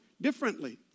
differently